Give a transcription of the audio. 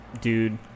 dude